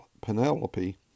Penelope